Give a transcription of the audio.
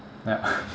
ya